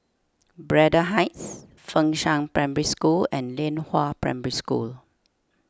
Braddell Heights Fengshan Primary School and Lianhua Primary School